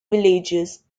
villages